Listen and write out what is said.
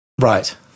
Right